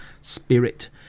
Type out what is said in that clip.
spirit